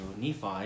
Nephi